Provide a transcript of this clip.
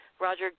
Roger